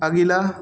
अगिला